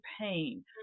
pain